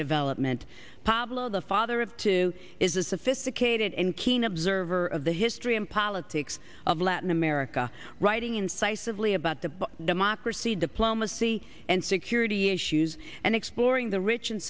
development pablo the father of two is a sophisticated and keen observer of the history and politics of latin america writing incisively about the democracy diplomacy and security issues and exploring the rich and